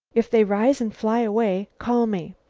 if they rise and fly away, call me.